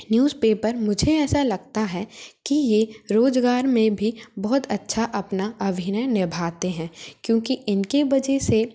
newspaper मुझे ऐसा लगता है कि ये रोज़गार में भी बहुत अच्छा अपना अभिनय निभाते हैं क्योंकि इनके वजह से